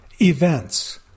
Events